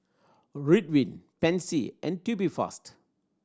Ridwind Pansy and Tubifast